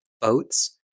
boats